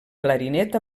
clarinet